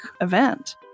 event